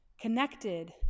connected